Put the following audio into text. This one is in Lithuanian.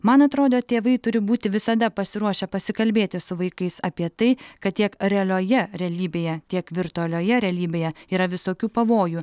man atrodo tėvai turi būti visada pasiruošę pasikalbėti su vaikais apie tai kad tiek realioje realybėje tiek virtualioje realybėje yra visokių pavojų